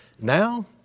Now